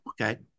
okay